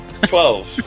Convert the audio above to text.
Twelve